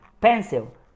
pencil